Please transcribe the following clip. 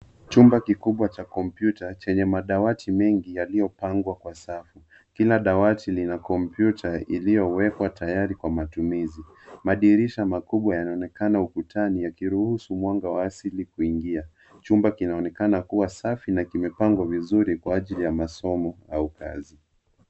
Chumba kikubwa cha kompyuta, chenye madawati mengi yaliyopangwa kwa safu. Kila dawati lina kompyuta iliyowekwa tayari kwa matumizi. Madirisha makubwa yanaonekana ukutani yakiruhusu mwanga wa asili kuingia. Chumba kinaonekana kuwa safi na kimepangwa vizuri kwa ajili ya masomo au kazi.